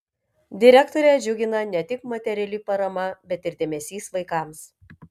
direktorę džiugina ne tik materiali parama bet ir dėmesys vaikams